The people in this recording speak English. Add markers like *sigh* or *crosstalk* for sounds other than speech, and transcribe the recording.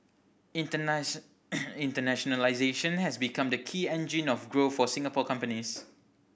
*unintelligible* internationalisation has become the key engine of growth for Singapore companies